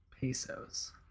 pesos